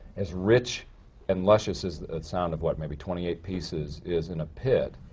as rich and luscious as the sound of what? maybe twenty-eight pieces is in a pit,